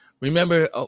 Remember